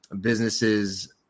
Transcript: businesses